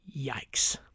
Yikes